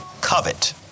covet